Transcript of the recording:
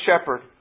shepherd